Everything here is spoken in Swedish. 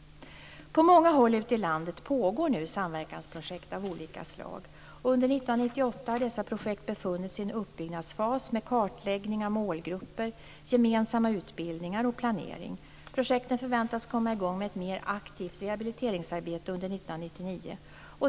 På många håll ute i landet pågår nu samverkansprojekt av olika slag. Under 1998 har dessa projekt befunnit sig i en uppbyggnadsfas med kartläggning av målgrupper, gemensamma utbildningar och planering. Projekten förväntas komma i gång med ett mer aktivt rehabiliteringsarbete under 1999.